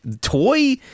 toy